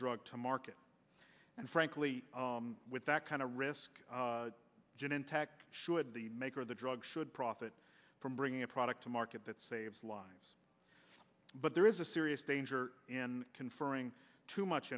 drug to market and frankly with that kind of risk genentech should the maker of the drug should profit from bringing a product to market that saves lives but there is a serious danger in conferring too much